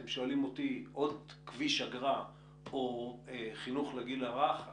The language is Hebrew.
אם תשאלו אותי האם עוד כביש אגרה או חינוך לגיל הרך,